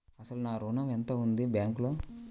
అసలు నా ఋణం ఎంతవుంది బ్యాంక్లో?